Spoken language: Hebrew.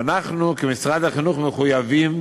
ואנחנו, כמשרד החינוך, מחויבים